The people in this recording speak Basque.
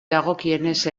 dagokienez